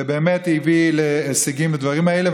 ובאמת הביא להישגים בדברים האלה.